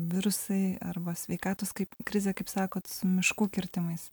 virusai arba sveikatos kaip krizė kaip sakot su miškų kirtimais